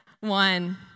one